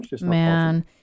Man